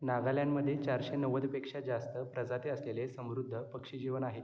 नागालँडमध्ये चारशे नव्वदपेक्षा जास्त प्रजाती असलेले समृद्ध पक्षीजीवन आहे